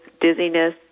dizziness